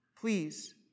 please